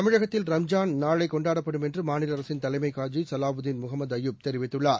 தமிழகத்தில் ரம்ஜான் நாளை கொண்டாடப்படும் என்று மாநில அரசின் தலைமை காஜி சலாவுதீன் முகமது அய்யூப் அறிவித்துள்ளார்